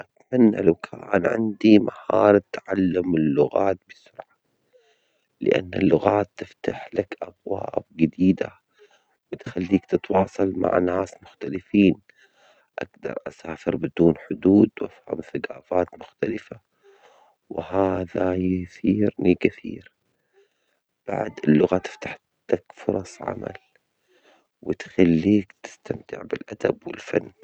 أتمنى لو كان عندي مهارة تعلم اللغات بسهولة، لأن اللغات تفتح لك أبواب جديدة بتخليك تتواصل مع ناس مختلفين أبدأ أسافر بدون حدود، وأفهم ثجافات مختلفة و هذا يثيرني كثير، بعد اللغة تفتح لك فرص عمل و تخليك تستمع بالأدب و الفن.